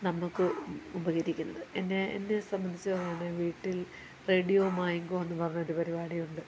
നമുക്ക് ഉപകരിക്കുന്നത് എന്നെ എന്നെ സംബന്ധിച്ച് ആണ് വീട്ടിൽ റേഡിയോ മാംഗോ എന്നു പറഞ്ഞ ഒരു പരുപാടിയുണ്ട്